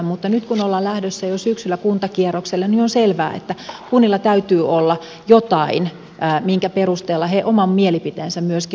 mutta nyt kun ollaan lähdössä jo syksyllä kuntakierrokselle on selvää että kunnilla täytyy olla jotain minkä perusteella ne oman mielipiteensä myöskin luovat